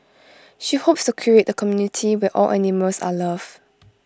she hopes to create A community where all animals are loved